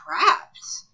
trapped